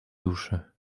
duszy